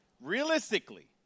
realistically